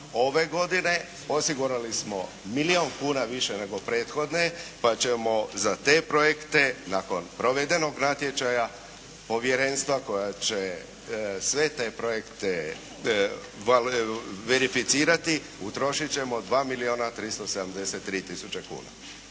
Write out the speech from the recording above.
Ove godine osigurali smo milijun kuna više nego prethodne pa ćemo za te projekte nakon provedenog natječaja povjerenstva koje će sve te projekte verificirati, utrošit ćemo 2 milijuna 373 tisuće kuna.